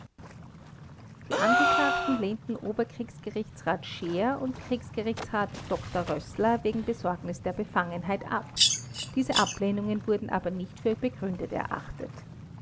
die angeklagten lehnten oberkriegsgerichtsrat scheer und kriegsgerichtsrat dr rößler wegen besorgnis der befangenheit ab diese ablehnungen wurden aber nicht für begründet erachtet